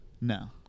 No